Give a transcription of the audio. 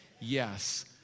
Yes